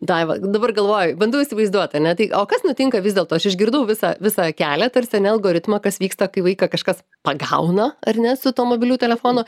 daiva dabar galvoju bandau įsivaizduot ane tai o kas nutinka vis dėlto aš išgirdau visą visą kelią tarsi ane algoritmą kas vyksta kai vaiką kažkas pagauna ar ne su tuo mobiliu telefonu